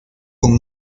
con